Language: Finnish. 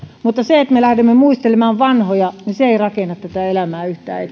mutta se että me lähdemme muistelemaan vanhoja ei rakenna tätä elämää yhtään